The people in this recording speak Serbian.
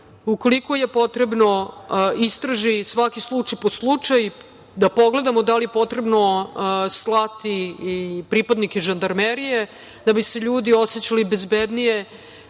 ukoliko je potrebno istraži i svaki slučaj po slučaj, da pogledamo da li je potrebno slati i pripadnike žandarmerije da bi se ljudi osećali bezbednije. To